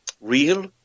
real